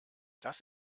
das